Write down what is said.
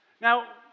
Now